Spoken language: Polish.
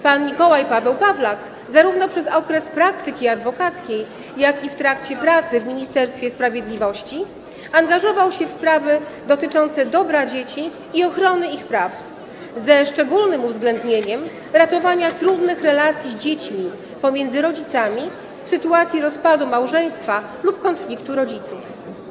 Pan Mikołaj Paweł Pawlak zarówno przez okres praktyki adwokackiej, jak i w trakcie pracy w Ministerstwie Sprawiedliwości angażował się w sprawy dotyczące dobra dzieci i ochrony ich praw, ze szczególnym uwzględnieniem ratowania trudnych relacji z dziećmi i pomiędzy rodzicami w sytuacji rozpadu małżeństwa lub konfliktu rodziców.